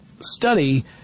Study